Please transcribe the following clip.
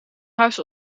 huis